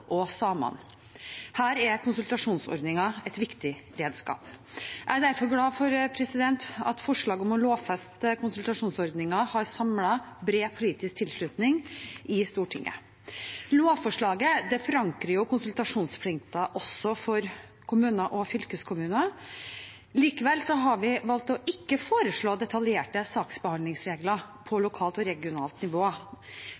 og samene. Her er konsultasjonsordningen et viktig redskap. Jeg er derfor glad for at forslaget om å lovfeste konsultasjonsordningen har samlet bred politisk tilslutning i Stortinget. Lovforslaget forankrer konsultasjonsplikten også for kommuner og fylkeskommuner. Likevel har vi valgt ikke å foreslå detaljerte saksbehandlingsregler på